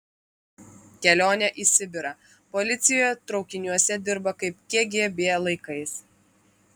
kelionė į sibirą policija traukiniuose dirba kaip kgb laikais